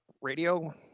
radio